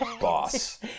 boss